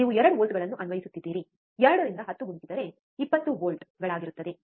ನೀವು 2 ವೋಲ್ಟ್ಗಳನ್ನು ಅನ್ವಯಿಸುತ್ತಿದ್ದೀರಿ 2 ರಿಂದ 10 ಗುಣಿಸಿದರೆ 20 ವೋಲ್ಟ್ಗಳಾಗಿರುತ್ತದೆ